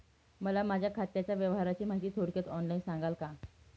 मला माझ्या खात्याच्या व्यवहाराची माहिती थोडक्यात ऑनलाईन सांगाल का?